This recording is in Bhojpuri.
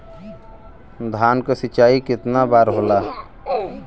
धान क सिंचाई कितना बार होला?